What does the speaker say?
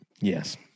yes